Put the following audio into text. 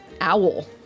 owl